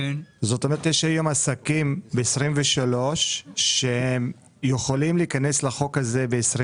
זאת אומרת יש היום עסקים ב-23 שיכולים להיכנס לחוק הזה ב-24'